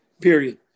period